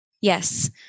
Yes